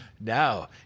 Now